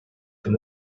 from